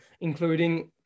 including